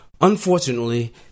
Unfortunately